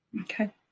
Okay